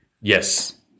Yes